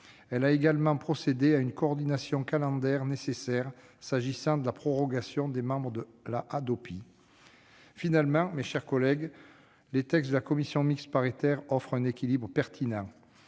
Elle a également procédé à une coordination calendaire nécessaire s'agissant de la prorogation des membres de la Hadopi. Finalement, mes chers collègues, les textes de la commission mixte paritaire offrent un équilibre pertinent.